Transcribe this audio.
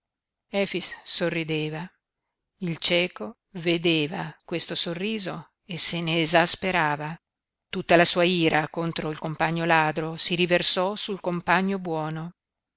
efix sorrideva il cieco vedeva questo sorriso e se ne esasperava tutta la sua ira contro il compagno ladro si riversò sul compagno buono